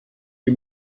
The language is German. die